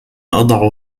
أضع